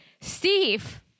Steve